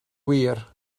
wir